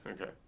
Okay